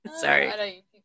Sorry